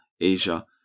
Asia